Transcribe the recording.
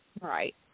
Right